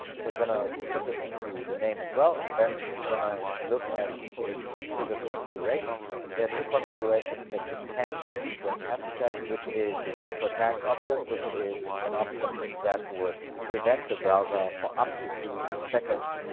so i'm going to put this into the name as well and then we're going to look at the trigger configurations. there are two configurations that you can check you don't have to check which is the wait for tags option. this is an option that would prevent the browser for up to two seconds,